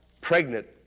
pregnant